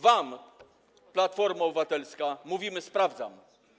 Wam, Platformo Obywatelska, mówimy: sprawdzam.